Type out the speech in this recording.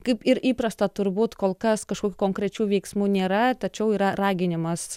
kaip ir įprasta turbūt kol kas kažkokių konkrečių veiksmų nėra tačiau yra raginimas